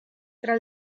tra